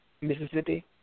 Mississippi